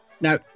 Now